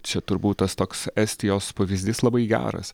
čia turbūt tas toks estijos pavyzdys labai geras